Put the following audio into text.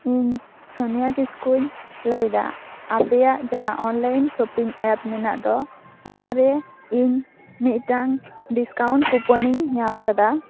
ᱤᱧ ᱥᱚᱱᱤᱭᱟ ᱠᱤᱥᱠᱩᱧ ᱞᱟᱹᱭᱫᱟ ᱟᱯᱮᱭᱟᱜ ᱡᱟᱦᱟᱸ ᱚᱱᱞᱟᱭᱤᱱ ᱥᱚᱯᱚᱤᱝ ᱮᱯ ᱢᱮᱱᱟᱜ ᱫᱚ ᱚᱱᱟᱨᱮ ᱤᱧ ᱢᱤᱜᱴᱟᱝ ᱰᱤᱥᱠᱟᱣᱩᱸᱴ ᱠᱩᱯᱚᱱᱤᱧ ᱧᱟᱢ ᱠᱟᱫᱟ